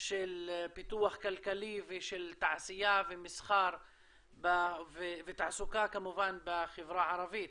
של פיתוח כלכלי ושל תעשייה ומסחר ותעסוקה בחברה הערבית.